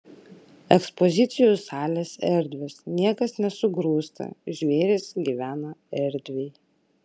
ekspozicijų salės erdvios niekas nesugrūsta žvėrys gyvena erdviai